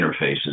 interfaces